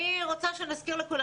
להזכירכם,